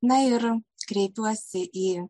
na ir kreipiuosi į